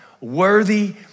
Worthy